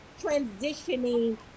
transitioning